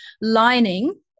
lining